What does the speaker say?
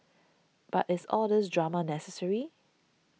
but is all these drama necessary